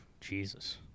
Jesus